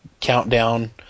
countdown